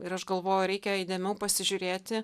ir aš galvoju reikia įdėmiau pasižiūrėti